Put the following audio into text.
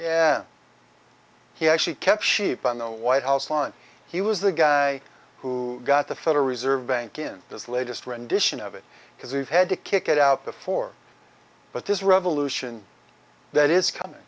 yeah he actually kept sheep on the white house lawn he was the guy who got the federal reserve bank in his latest rendition of it because we've had to kick it out before but this revolution that is coming